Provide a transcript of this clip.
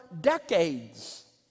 decades